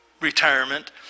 retirement